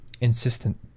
insistent